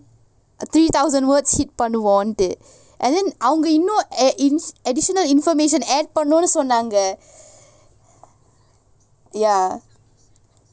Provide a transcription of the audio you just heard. three thousand words hit பண்ணுவோம்னு:pannuvomnu and then அவங்கஇன்னும்:avanga innum additional information பண்ணுவோம்னுசொன்னாங்க:pannuvomnu sonnanga ya